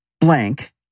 blank